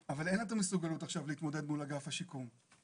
המסוגלות עכשיו להתמודד מול אגף השיקום.